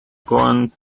gone